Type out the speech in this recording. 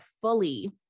fully